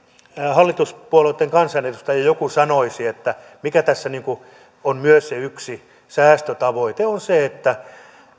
hallituspuolueitten kansanedustaja sanoisi sen mikä tässä on myös se yksi säästötavoite se että